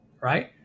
right